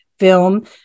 Film